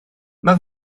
mae